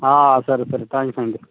సరే సరే థ్యాంక్స్ అండి